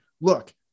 look